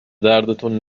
دردتون